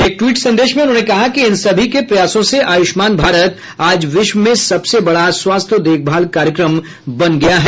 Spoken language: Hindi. एक ट्वीट संदेश में उन्होंने कहा कि इन सभी के प्रयासों से आयुष्मान भारत आज विश्व में सबसे बड़ा स्वास्थ देखभाल कार्यक्रम बन गया है